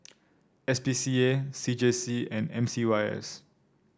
S P C A C J C and M C Y S